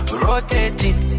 rotating